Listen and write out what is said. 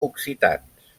occitans